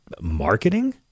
marketing